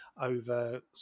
over